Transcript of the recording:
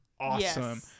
awesome